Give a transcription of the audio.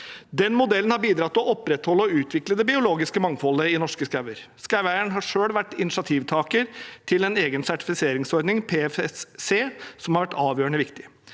Den modellen har bidratt til å opprettholde og utvikle det biologiske mangfoldet i norske skoger. Skogeierne har selv vært initiativtakere til en egen sertifiseringsordning, PEFC, som har vært avgjørende viktig.